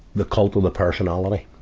the cult of the personality.